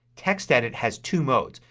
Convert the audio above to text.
textedit has two modes.